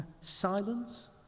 Silence